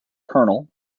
colonel